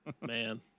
man